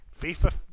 fifa